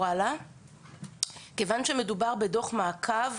כיוון שמדובר בדו"ח מעקב,